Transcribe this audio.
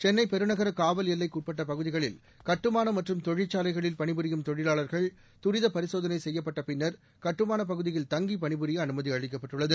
சென்னை பெருநகர காவல் எல்லைக்குட்பட்ட பகுதிகளில் கட்டுமானம் மற்றும் தொழிற்சாலைகளில் பணிபுரியும் தொழிலாளர்கள் துரிதப் பரிசோதனை செய்யப்பட்ட பின்னர் கட்டுமானப் பகுதியில் தங்கிப் பணிபுரிய அனுமதி அளிக்கப்பட்டுள்ளது